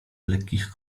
lekkich